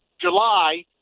July